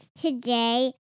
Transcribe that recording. today